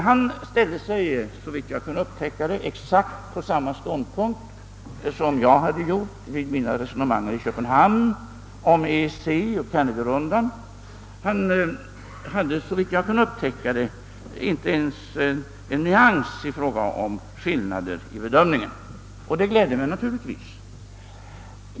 Han intog, såvitt jag förstår, exakt samma ståndpunkt som jag gjorde vid mina resonemang i Köpenhamn om EEC och Kennedy-rundan. Jag kunde inte ens upptäcka någon nyansskillnad mellan hans bedömning och min. Och det gläder mig naturligtvis.